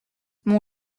mon